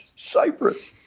cyprus.